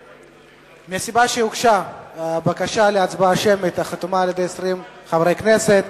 מסיבה שהוגשה בקשה להצבעה אישית החתומה על-ידי 20 חברי כנסת,